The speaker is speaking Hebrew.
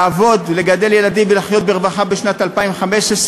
לעבוד ולגדל ילדים ולחיות ברווחה בשנת 2015,